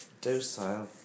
docile